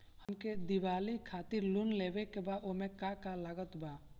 हमके दिवाली खातिर लोन लेवे के बा ओमे का का लागत बा?